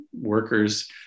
workers